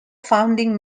founding